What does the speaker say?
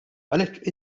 għalhekk